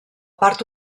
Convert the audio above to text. part